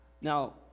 Now